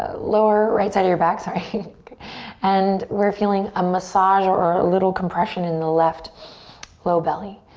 ah lower right side of your back, sorry. and we're feeling a massage or a little compression in the left low belly.